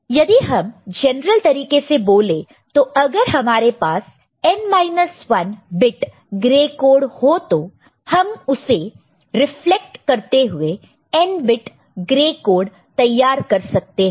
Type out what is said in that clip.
तो यदि हम जनरल तरीके से बोले तो अगर हमारे पास n 1बिट ग्रे कोड हो तो हम उसे रिफ्लेक्ट करते हुए n बिट ग्रे कोड तैयार कर सकते हैं